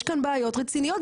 יש כאן בעיות רציניות,